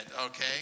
okay